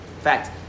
fact